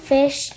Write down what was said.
Fish